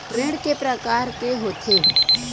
ऋण के प्रकार के होथे?